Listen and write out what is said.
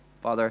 Father